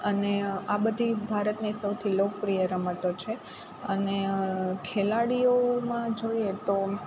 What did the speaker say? અને આ બધી ભારતની સૌથી લોકપ્રિય રમતો છે અને ખેલાડીઓમાં જોઈએ તો